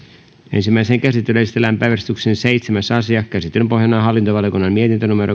ensimmäiseen käsittelyyn esitellään päiväjärjestyksen seitsemäs asia käsittelyn pohjana on hallintovaliokunnan mietintö